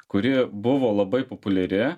kuri buvo labai populiari